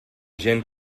gent